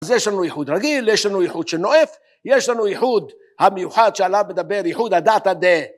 אז יש לנו ייחוד רגיל, יש לנו ייחוד שנואף, יש לנו ייחוד המיוחד שעליו מדבר, ייחוד הדעתא ד